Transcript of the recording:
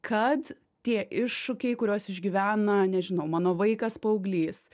kad tie iššūkiai kuriuos išgyvena nežinau mano vaikas paauglys